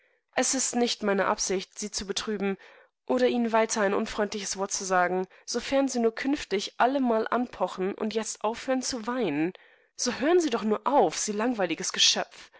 es ist nicht meine absicht sie zu betrüben oder ihnen wieder ein unfreundliches wort zu sagen dafern sie nur künftig allemal anpochen und jetzt aufhören zu weinen so hören sie dochnurauf sielangweiligesgeschöpf